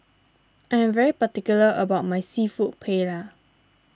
I am very particular about my Seafood Paella